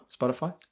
Spotify